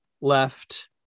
left